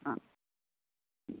आं